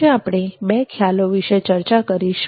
આજે આપણે બે ખ્યાલો વિષે ચર્ચા કરીશું